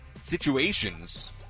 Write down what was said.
situations